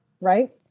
Right